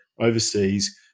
overseas